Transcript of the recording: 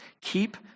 Keep